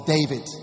David